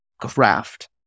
craft